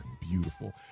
beautiful